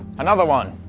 another one!